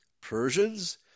Persians